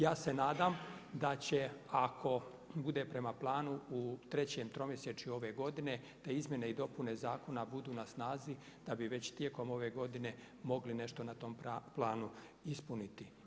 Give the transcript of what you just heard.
Ja se nadam da će, ako bude prema planu u trećem tromjesečju ove godine te izmjene i dopune zakona budu na snazi, da bi već tijekom ove godine mogli nešto na tom planu ispuniti.